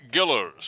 Gillers